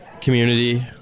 community